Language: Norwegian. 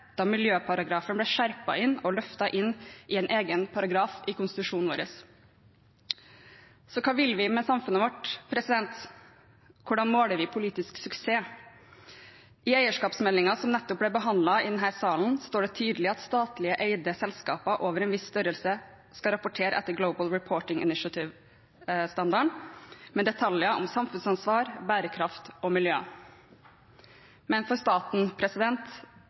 da miljøparagrafen ble innskjerpet og løftet inn i en egen paragraf i konstitusjonen vår. Så hva vil vi med samfunnet vårt? Hvordan måler vi politisk suksess? I eierskapsmeldingen, som nettopp ble behandlet i denne salen, står det tydelig at statlig eide selskaper over en viss størrelse skal rapportere etter Global Reporting Initiative-standarden, med detaljer om samfunnsansvar, bærekraft og miljø. Men for staten